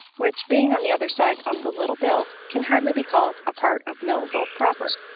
which, being on the other side of the little bill, can hardly be called a part of millville proper.